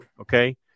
Okay